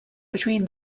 between